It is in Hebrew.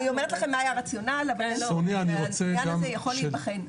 אני אומרת לכם מה היה הרציונל, גם זה יכול להיבחן.